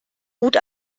gut